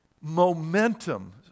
momentum